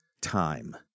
time